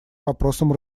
вопросам